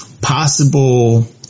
possible